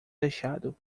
deixado